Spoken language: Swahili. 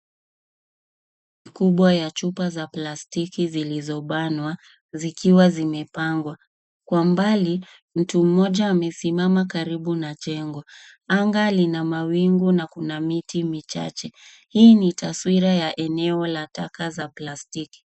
Rundo kubwa ya chupa za plastiki zilizobanwa zikiwa zimepangwa. Kwa mbali mtu mmoja amesimama karibu na jengo. Anga lina mawingu na kuna miti michache. Hii ni taswira ya eneo la taka za plastiki.